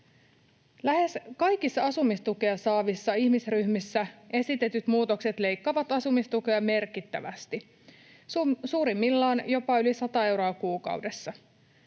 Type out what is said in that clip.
Lähes kaikissa asumistukea saavissa ihmisryhmissä esitetyt muutokset leikkaavat asumistukea merkittävästi, suurimmillaan jopa yli 100 euroa kuukaudessa.